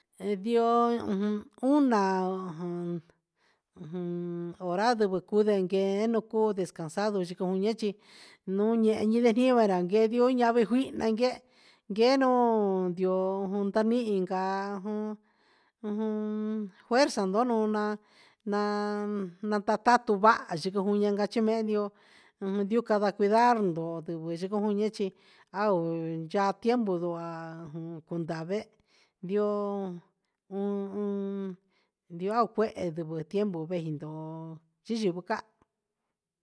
Ndioo una ujun hora sivɨ cuu ndeguee un cuu descansado yico yunexi un ehen ive gio nde ra guio avi fuihna nanguee guee noo ndioo na nihin ca jun juun fuerza nuna na taa tatu vaha chi jun cachi meno ajan vi ca catio cuidar ndo sivɨ ao yaha tiempo nduha vehe i ndoo yɨyɨ vu ca.